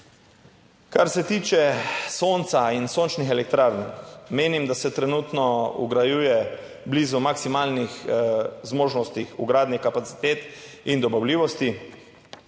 Kar se tiče sonca in sončnih elektrarn, menim, da se trenutno vgrajuje blizu maksimalnih zmožnosti vgradnje kapacitet in dobavljivosti.